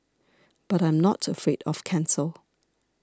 but I'm not afraid of cancer